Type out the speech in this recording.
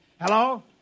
Hello